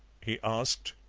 he asked.